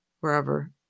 wherever